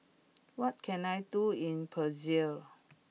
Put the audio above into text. what can I do in Brazil